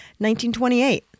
1928